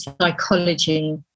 psychology